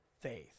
faith